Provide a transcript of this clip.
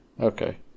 Okay